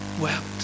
wept